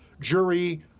jury